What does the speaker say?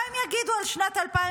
מה הם יגידו על שנת 2014?